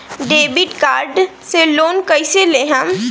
Debit card से loan कईसे लेहम?